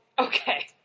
Okay